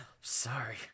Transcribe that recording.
sorry